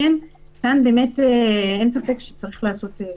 כאן אין ספק שצריך לעשות.